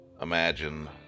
imagine